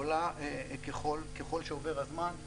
עולה ככל שעובר הזמן,